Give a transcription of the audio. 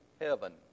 heaven